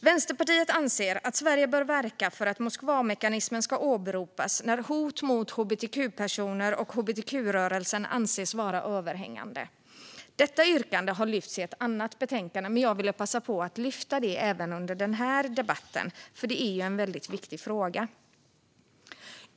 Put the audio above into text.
Vänsterpartiet anser att Sverige bör verka för att Moskvamekanismen ska åberopas när hot mot hbtq-personer och hbtq-rörelsen anses vara överhängande. Detta yrkande har lyfts i ett annat betänkande, men jag vill passa på att lyfta det även under denna debatt, för det är en väldigt viktig fråga.